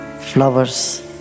flowers